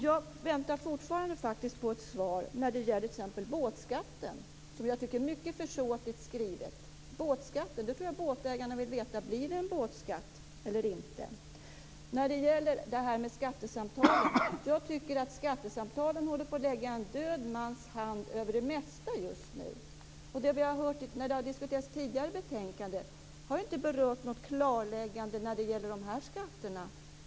Jag väntar faktiskt fortfarande på ett svar när det gäller t.ex. båtskatten. Det förslaget tycker jag är mycket försåtligt skrivet. Jag tror att båtägarna vill veta om det blir en båtskatt eller inte. När det gäller skattesamtalen tycker jag att de håller på att lägga en död mans hand över det mesta just nu. Det vi har hört när tidigare betänkanden har diskuterats har ju inte gett något klarläggande när det gäller de här skatterna.